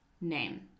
name